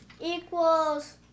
Equals